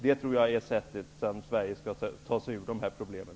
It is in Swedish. Jag tror att det är på det sättet som Sverige kan ta sig ur problemen.